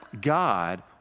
God